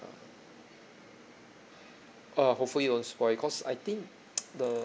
uh hopefully won't spoil cause I think the